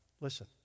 Listen